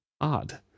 Odd